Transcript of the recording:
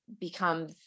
become